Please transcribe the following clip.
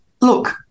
Look